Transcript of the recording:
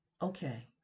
Okay